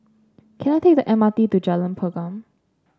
can I take the M R T to Jalan Pergam